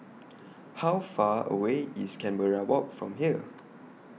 How Far away IS Canberra Walk from here